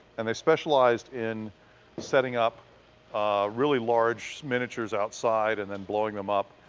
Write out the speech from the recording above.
and they specialized in setting up really large miniatures outside and then blowing them up.